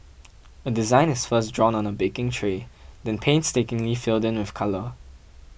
a design is first drawn on a baking tray then painstakingly filled in with colour